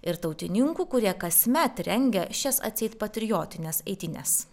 ir tautininkų kurie kasmet rengia šias atseit patriotines eitynes